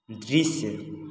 दृश्य